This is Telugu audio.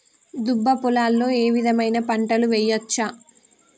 దుబ్బ పొలాల్లో ఏ విధమైన పంటలు వేయచ్చా?